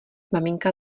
maminka